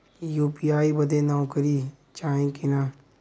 UPI बदे नौकरी चाही की ना?